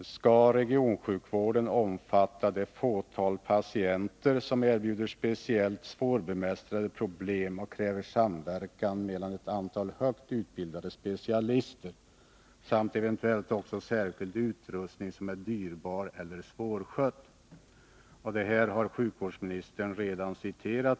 skall regionsjukvården omfatta det fåtal patienter som erbjuder speciellt svårbemästrade problem och kräver samverkan mellan ett antal högt utbildade specialister samt eventuellt också särskild utrustning, som är dyrbar eller svårskött. Detta har sjukvårdsministern redan citerat.